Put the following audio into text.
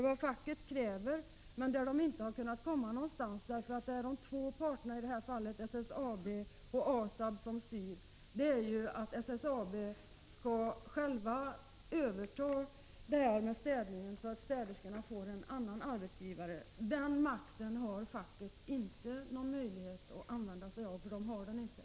Vad facket kräver men inte lyckats få något gehör för, eftersom det är SSAB och ASAB som styr, är att SSAB självt skall överta städningen, så att städerskorna får annan arbetsgivare. Facket har inte någon möjlighet att driva igenom detta — det saknar den makten.